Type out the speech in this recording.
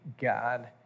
God